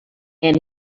and